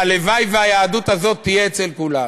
והלוואי שהיהדות הזאת תהיה אצל כולם.